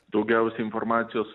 daugiausia informacijos